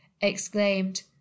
exclaimed